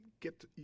get